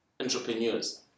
entrepreneurs